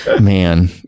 man